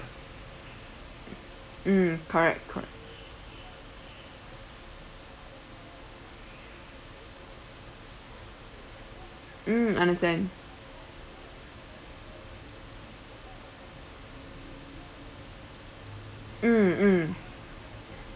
mm correct correct mm understand mm mm